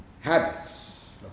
habits